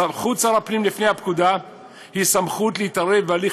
סמכות שר הפנים לפי הפקודה היא סמכות להתערב בהליך